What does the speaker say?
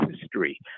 history